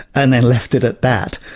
and then left it at that.